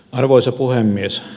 arvoisa puhemies